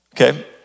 Okay